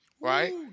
Right